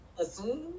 assume